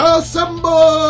Assemble